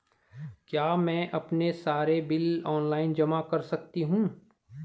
क्या मैं अपने सारे बिल ऑनलाइन जमा कर सकती हूँ?